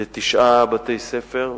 בתשעה בתי-ספר.